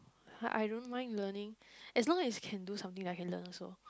[huh] I don't mind learning as long as can do something I can learn also